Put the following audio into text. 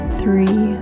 three